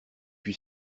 puis